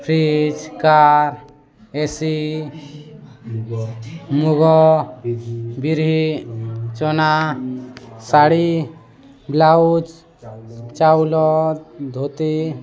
fridge car A C ମୁଗ ବିରି ଚନା ଶାଢ଼ୀ ବ୍ଲାଉଜ୍ ଚାଉଳ ଧୋତି